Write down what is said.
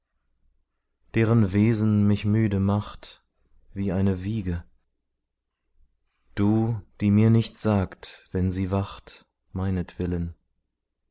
deren wesen mich müde macht wie eine wiege du die mir nicht sagt wenn sie wacht meinetwillen